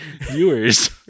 viewers